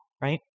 right